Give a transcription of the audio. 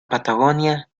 patagonia